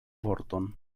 vorton